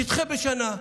תדחה בשנה.